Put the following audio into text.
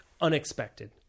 unexpected